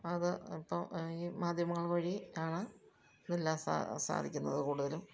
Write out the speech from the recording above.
അത് ഇപ്പം ഈ മാധ്യമങ്ങൾ വഴി ആണ് എല്ലാം സാ സാധിക്കുന്നതു കൂടുതലും